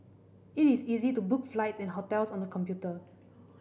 it is easy to book flights and hotels on the computer